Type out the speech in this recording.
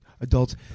adults